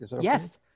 Yes